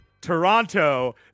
Toronto